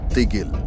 Tigil